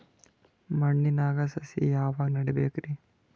ಮಣ್ಣಿನಾಗ ಸಸಿ ಯಾವಾಗ ನೆಡಬೇಕರಿ?